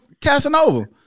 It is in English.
Casanova